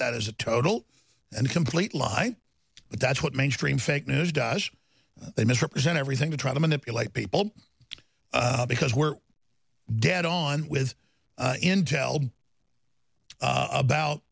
that is a total and complete lie but that's what mainstream fake news does they misrepresent everything to try to manipulate people because we're dead on with intel about